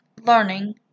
learning